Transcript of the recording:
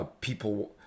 people